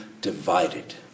divided